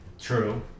True